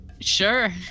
Sure